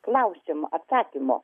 klausimo atsakymo